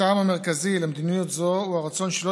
הטעם המרכזי למדיניות זו הוא הרצון שלא